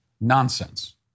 nonsense